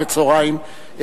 אחרי הצהריים,